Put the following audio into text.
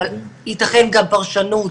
אבל תיתכן גם פרשנות